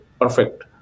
perfect